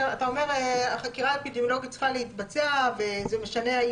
אתה אומר שהחקירה צריכה להתבצע וזה משנה אם